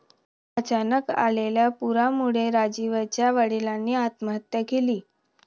अचानक आलेल्या पुरामुळे राजीवच्या वडिलांनी आत्महत्या केली